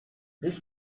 this